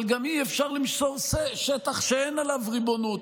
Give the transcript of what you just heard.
אבל גם אי-אפשר למסור שטח שאין עליו ריבונות.